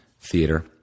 theater